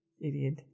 Idiot